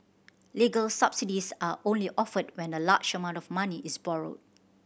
legal subsidies are only offered when a large amount of money is borrowed